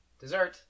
dessert